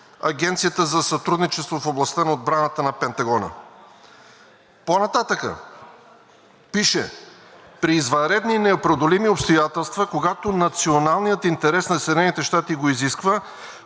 Агенцията за сътрудничество в областта на отбраната на Пентагона. По-нататък пише: „При извънредни непреодолими обстоятелства, когато националният интерес на Съединените